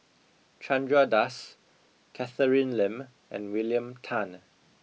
Chandra Das Catherine Lim and William Tan